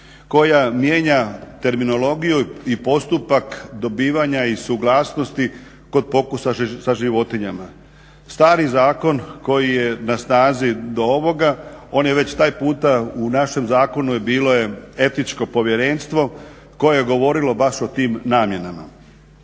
koja mijenja terminologiju i postupak dobivanja i suglasnosti kod pokusa sa životinjama. Stari zakon koji je na snazi do ovoga on je već taj puta u našem zakonu bilo je Etičko povjerenstvo koje je govorilo baš o tim namjenama